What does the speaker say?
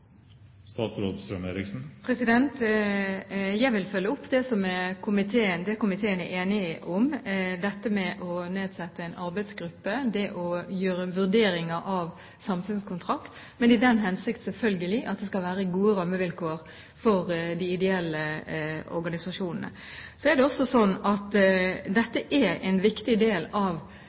Jeg vil følge opp det som komiteen er enig om: Dette med å nedsette en arbeidsgruppe og det å foreta vurderinger med hensyn til samfunnskontrakt, men selvfølgelig i den hensikt at det skal være gode rammevilkår for de ideelle organisasjonene. Så er det også slik at dette er en viktig del av